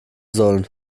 sollen